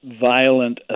violent